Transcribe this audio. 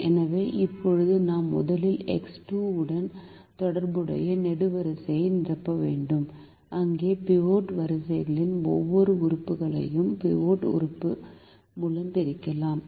எனவே இப்போது நாம் முதலில் எக்ஸ் 2 உடன் தொடர்புடைய நெடுவரிசையை நிரப்ப வேண்டும் அங்கு பிவோட் வரிசையின் ஒவ்வொரு உறுப்புகளையும் பிவோட் உறுப்பு மூலம் பிரிக்கிறோம்